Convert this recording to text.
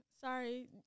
Sorry